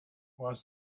was